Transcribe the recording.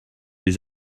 les